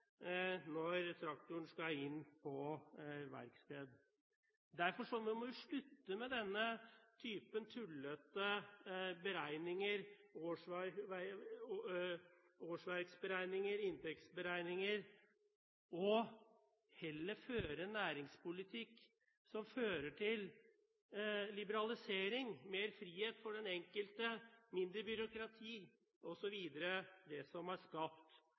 når traktoren skal på verksted. Derfor må vi slutte med denne typen tullete beregninger – årsverksberegninger, inntektsberegninger – og heller føre en næringspolitikk som fører til liberalisering, mer frihet for den enkelte, mindre byråkrati osv., det som har skapt